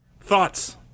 Thoughts